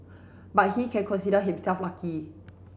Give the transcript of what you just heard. but he can consider himself lucky